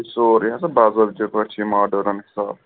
سورُے ہسا باضٲبطہٕ پٲٹھۍ یہِ ماڈرن حِساب